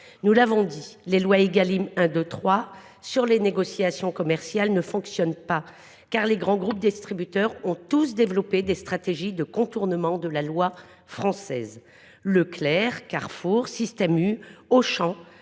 Nous l’avons dit, les dispositions des trois lois Égalim sur les négociations commerciales ne fonctionnent pas, car les grands groupes distributeurs ont tous développé des stratégies de contournement de la loi française. Leclerc, Carrefour, Système U ou